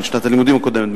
בשנת הלימודים הקודמת,